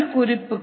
Schugerl K